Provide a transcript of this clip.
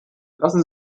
lassen